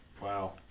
Wow